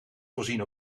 voorzien